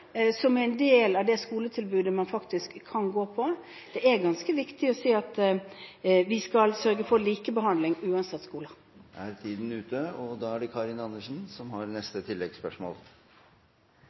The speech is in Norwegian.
som er en del av det skoletilbudet man faktisk kan gå på. Det er ganske viktig å si at vi skal sørge for likebehandling uansett skoler.